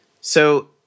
So-